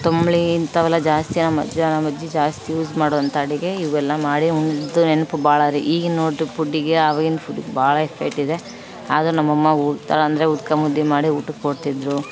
ತಂಬ್ಳಿ ಇಂಥವಲ ಜಾಸ್ತಿ ನಮ್ಮ ಅಜ್ಜ ನಮ್ಮ ಅಜ್ಜಿ ಜಾಸ್ತಿ ಯೂಸ್ ಮಾಡೋವಂಥ ಅಡಿಗೆ ಇವೆಲ್ಲ ಮಾಡಿ ನೆನ್ಪು ಭಾಳ ರೀ ಈಗಿನ ನೋಡಿರಿ ಫುಡ್ಡಿಗೆ ಆವಾಗಿನ ಫುಡ್ಡಿಗೆ ಭಾಳ ಎಫೆಕ್ಟಿದೆ ಆಗ ನಮ್ಮಅಮ್ಮ ಉಡ್ತಲಂದರೆ ಉದ್ಕ ಮುದ್ದೆ ಮಾಡಿ ಊಟಕ್ಕೊಡ್ತಿದ್ರು